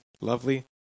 lovely